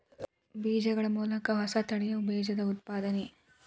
ಬೇಜಗಳ ಮೂಲಕ ಹೊಸ ತಳಿಯ ಬೇಜದ ಉತ್ಪಾದನೆ